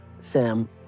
Sam